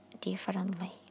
differently